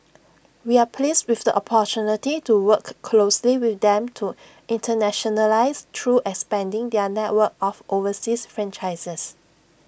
we are pleased with the opportunity to work closely with them to internationalise through expanding their network of overseas franchisees